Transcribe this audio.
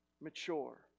mature